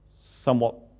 Somewhat